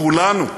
כולנו,